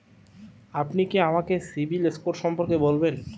আপনি কি আমাকে সিবিল স্কোর সম্পর্কে বলবেন?